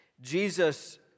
Jesus